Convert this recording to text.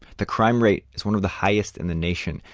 the crime rate is one of the highest in the nation.